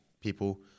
people